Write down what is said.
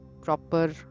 proper